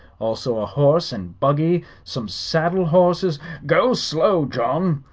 also a horse and buggy, some saddle horses go slow, john.